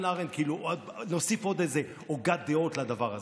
כאילו להוסיף עוד איזו הוגת דעות לדבר הזה.